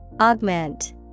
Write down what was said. Augment